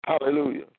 Hallelujah